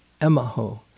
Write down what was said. emaho